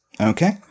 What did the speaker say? Okay